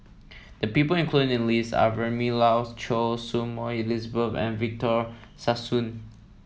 the people included in the list are Vilma Laus Choy Su Moi Elizabeth and Victor Sassoon